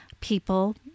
people